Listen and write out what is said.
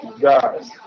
Guys